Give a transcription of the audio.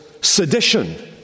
sedition